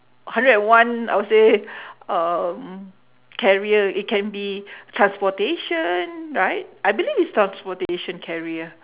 hundred and one I would say um carrier it can be transportation right I believe it's transportation carrier